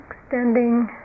extending